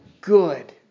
good